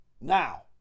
Now